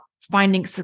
finding